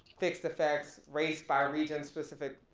fixed effects, race by region specific